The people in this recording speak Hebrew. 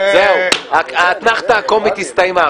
זהו, האתנחתא הקומית הסתיימה.